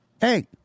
hey